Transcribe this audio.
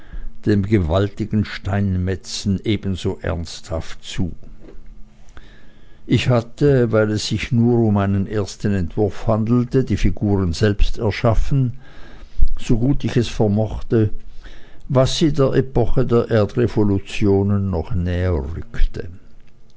dem gewaltigen steinmetzen ebenso ernsthaft zu ich hatte weil es sich nur um einen ersten entwurf handelte die figuren selbst erschaffen so gut ich es vermocht was sie der epoche der erdrevolutionen noch näherrückte